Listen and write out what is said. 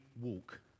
walk